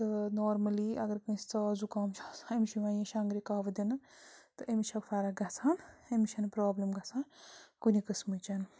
تہٕ نارٕمَلی اگر کٲنٛسہِ ژاس زُکام چھِ آسان أمِس چھِ یِوان یہِ شَنٛگرِ کَہوٕ دِنہٕ تہٕ أمِس چھےٚ فرق گژھان أمِس چھِنہٕ پرابلِم گژھان کُنہِ قٔسمٕچۍ